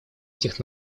этих